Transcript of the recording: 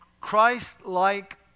Christ-like